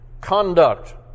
conduct